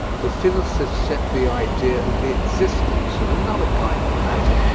the physicists set the idea of the existence of another kind of matter,